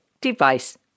device